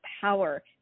power